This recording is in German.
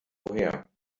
woher